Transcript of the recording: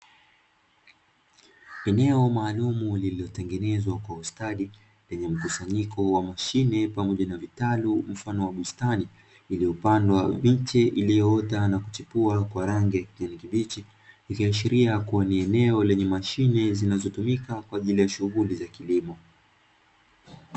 Eneo maalumu lililotengenezwa kwa ustadi lenye mkusanyiko wa mashine pamoja na vitalu mfano wa bustani iliyopandwa miche iliyoota na kuchipua kwa rangi ya kijani kibichi. Ikiashiria kuwa ni eneo lenye mashine zinazotumika kwa ajili ya shughuli za kilimo.